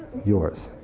yours.